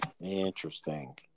Interesting